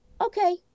okay